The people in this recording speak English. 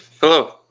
Hello